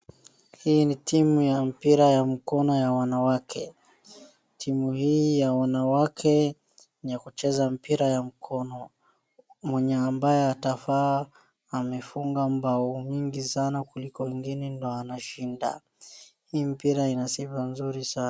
Hii ni timu ya mpira ya mkono ya wanawake. Timu hii ya wanawake ni ya kucheza mpira ya mkono. Mwenye ambaye atafaa amefunga mbao nyingi sana kuliko wengine ndio anashinda. Hii mpira ina sifa nzuri sana.